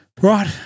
Right